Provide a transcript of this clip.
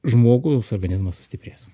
žmogui jūsų organizmas sustiprės